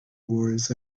wars